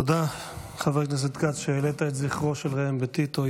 תודה, חבר הכנסת כץ, שהעלית את זכרו של ראם בטיטו.